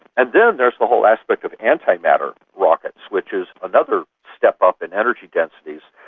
and then there's the whole aspect of antimatter rockets which is another step-up in energy densities,